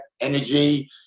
energy